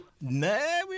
No